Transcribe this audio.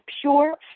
pure